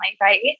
right